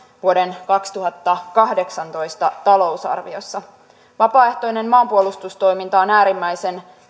vuoden kaksituhattakahdeksantoista talousarviossa vapaaehtoinen maanpuolustustoiminta on äärimmäisen